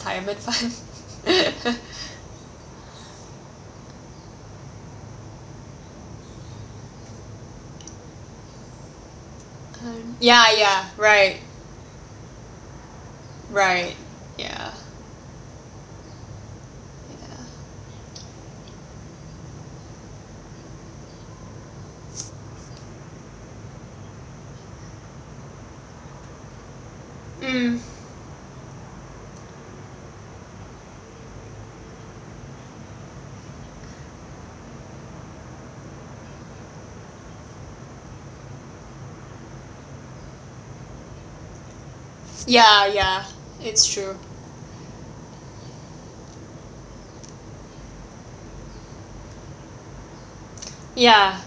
retirement ya ya right right yeah mm ya ya it's true ya